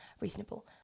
Reasonable